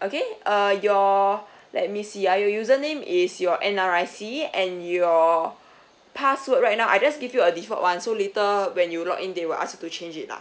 okay uh your let me see ah your username is your N_R_I_C and your password right now I just give you a default one so later when you log in they will ask you to change it lah